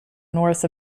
north